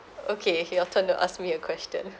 okay your turn to ask me a question